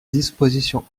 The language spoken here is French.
disposition